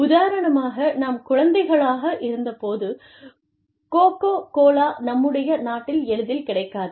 உதாரணமாக நாம் குழந்தைகளாக இருந்தபோது கோகோ கோலா நம்முடைய நாட்டில் எளிதில் கிடைக்காது